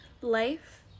Life